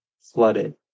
flooded